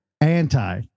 anti